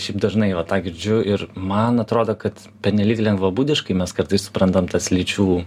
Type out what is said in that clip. šiaip dažnai va tą girdžiu ir man atrodo kad pernelyg lengvabūdiškai mes kartais suprantam tas lyčių